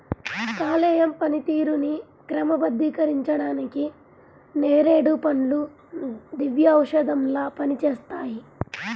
కాలేయం పనితీరుని క్రమబద్ధీకరించడానికి నేరేడు పండ్లు దివ్యౌషధంలా పనిచేస్తాయి